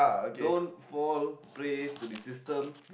don't fall prey to the system